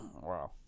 Wow